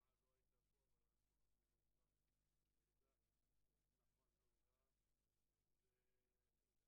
אלי אלאלוף, ג'מעה לא היית פה אבל אנחנו אוהבים